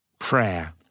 Prayer